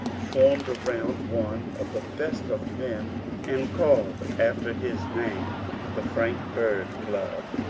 formed around one of the best of men and called after his name the frank bird club,